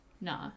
No